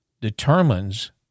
determines